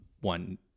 one